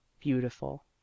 beautiful